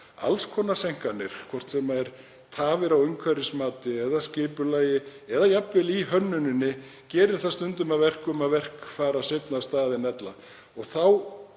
alls konar seinkanir, hvort sem eru tafir á umhverfismati eða skipulagi eða jafnvel í hönnuninni, gera stundum að verkum að verk fara seinna af stað